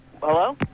Hello